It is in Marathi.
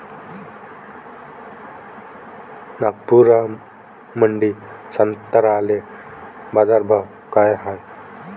नागपुरामंदी संत्र्याले बाजारभाव काय हाय?